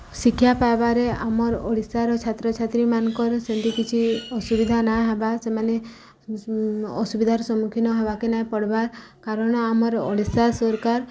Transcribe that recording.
ଶିକ୍ଷା ପାଇବାରେ ଆମର୍ ଓଡ଼ିଶାର ଛାତ୍ରଛାତ୍ରୀମାନ୍କର୍ ସେମିତି କିଛି ଅସୁବିଧା ନାଁ ହେବା ସେମାନେ ଅସୁବିଧାର ସମ୍ମୁଖୀନ ହେବାକେ ନାଇଁ ପଡ଼୍ବାର୍ କାରଣ ଆମର୍ ଓଡ଼ିଶା ସର୍କାର୍